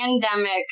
pandemic